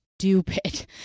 stupid